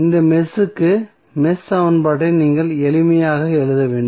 இந்த மெஷ் க்கு மெஷ் சமன்பாட்டை நீங்கள் எளிமையாக எழுத வேண்டும்